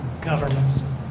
governments